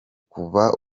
kuva